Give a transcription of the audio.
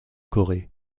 corée